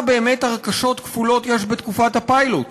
באמת הרכשות כפולות יש בתקופת הפיילוט.